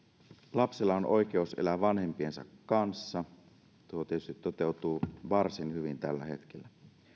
lapsella on oikeus elää vanhempiensa kanssa tuo tietysti toteutuu varsin hyvin tällä hetkellä